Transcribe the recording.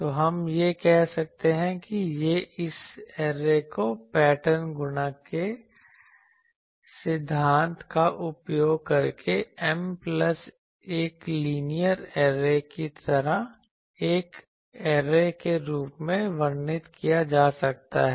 तो हम यह कह सकते हैं कि इस ऐरे को पैटर्न गुणा के सिद्धांत का उपयोग करके M प्लस 1 लीनियर ऐरे की एक ऐरे के रूप में वर्णित किया जा सकता है